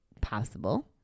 possible